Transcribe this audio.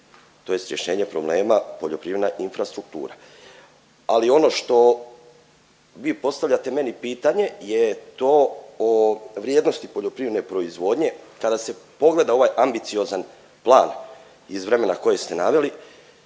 tj. rješenje problema poljoprivredna infrastruktura, ali ono što vi postavljate meni pitanje je to o vrijednosti poljoprivredne proizvodnje. Kada se pogleda ovaj ambiciozan plan iz vremena koje ste naveli,